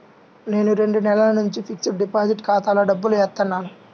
నేను రెండు నెలల నుంచి ఫిక్స్డ్ డిపాజిట్ ఖాతాలో డబ్బులు ఏత్తన్నాను